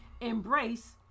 embrace